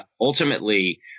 Ultimately